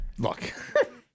Look